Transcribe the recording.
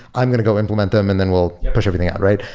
i'm going to go implement them and then we'll push everything out, right?